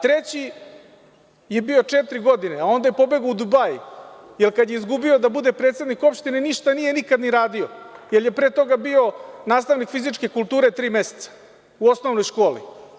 Treći je bio četiri godine, a onda je pobegao u Dubai, jer kad je izgubio da bude predsednik opštine ništa nije nikad ni radio, jer je pre toga bio nastavnik fizičke kulture tri meseca u osnovnoj školi.